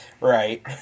Right